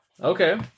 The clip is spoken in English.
Okay